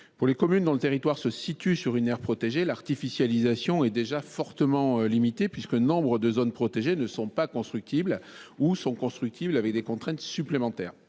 Pour les communes dont le territoire se situe sur une aire protégée, l’artificialisation est déjà fortement limitée,… Ah oui !… puisque nombre de zones protégées ne sont pas constructibles ou le sont avec des contraintes supplémentaires.